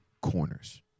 corners